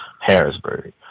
Harrisburg